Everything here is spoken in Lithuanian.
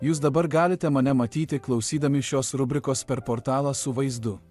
jūs dabar galite mane matyti klausydami šios rubrikos per portalą su vaizdu